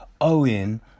Owen